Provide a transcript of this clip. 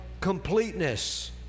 completeness